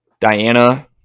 Diana